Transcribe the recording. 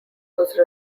whose